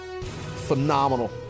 Phenomenal